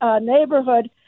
neighborhood